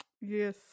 Yes